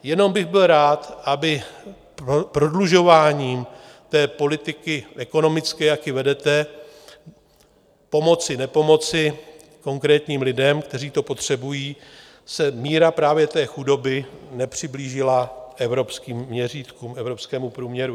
Jenom bych byl rád, aby prodlužováním té ekonomické politiky, jak ji vedete, pomocinepomoci konkrétním lidem, kteří to potřebují, se míra právě té chudoby nepřiblížila evropským měřítkům, evropskému průměru.